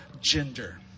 gender